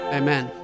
amen